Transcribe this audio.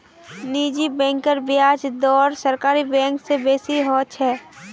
निजी बैंकेर ब्याज दर सरकारी बैंक स बेसी ह छेक